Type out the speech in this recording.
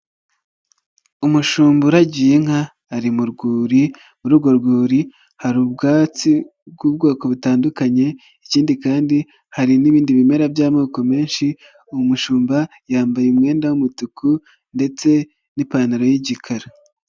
Umushumba uragiye inka ari mu rwuri, muri urwo rwuri hari ubwatsi bw'ubwoko butandukanye ikindi kandi hari n'ibindi bimera by'amoko menshi, umushumba yambaye umwenda w'umutuku ndetse n'ipantaro y'igikara.